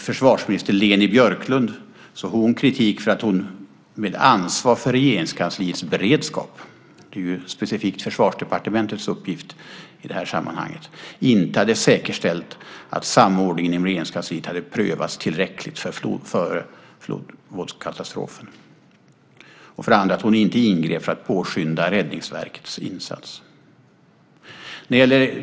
Försvarsminister Leni Björklund får kritik för det första för att hon, med ansvar för Regeringskansliets beredskap - det är ju specifikt Försvarsdepartementets uppgift i det här sammanhanget - inte hade säkerställt att samordningen inom Regeringskansliet hade prövats tillräckligt före flodvågskatastrofen och för det andra för att hon inte ingrep för att påskynda Räddningsverkets insats.